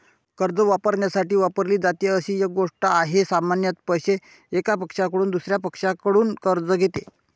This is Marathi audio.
कर्ज वापरण्यासाठी वापरली जाते अशी एक गोष्ट आहे, सामान्यत पैसे, एका पक्षाकडून दुसर्या पक्षाकडून कर्ज घेते